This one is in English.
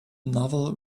novel